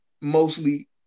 mostly